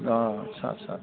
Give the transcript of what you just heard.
आच्चा आच्चा आच्चा